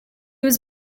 was